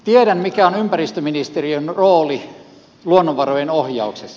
tiedän mikä on ympäristöministeriön rooli luonnonvarojen ohjauksessa